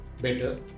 better